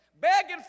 begging